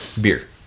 Beer